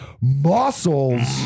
muscles